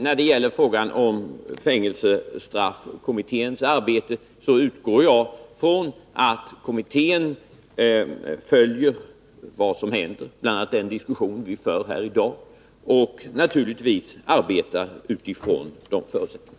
När det gäller frågan om fängelsestraffkommitténs arbete utgår jag från att kommittén följer vad som händer, bl.a. den diskussion vi för här i dag, och naturligtvis arbetar utifrån de förutsättningarna.